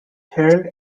held